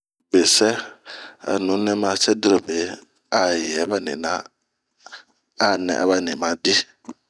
Besɛɛ ,ho a nu nɛ ma sɛ dirobe a yɛ ba nina a nɛɛ aba ni ma dii.